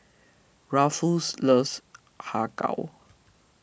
Ruffus loves Har Kow